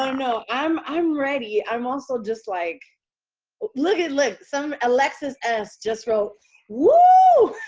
um no, i'm i'm ready. i'm also just like look, ah look, some alexis s just wrote woooooo.